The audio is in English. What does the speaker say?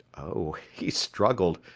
oh he struggled,